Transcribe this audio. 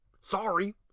Sorry